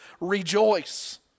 rejoice